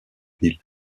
ville